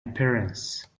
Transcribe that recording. appearance